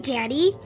Daddy